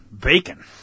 bacon